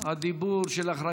הדיבור שלך.